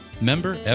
Member